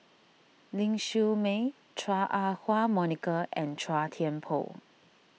Ling Siew May Chua Ah Huwa Monica and Chua Thian Poh